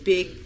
Big